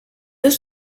deux